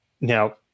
Now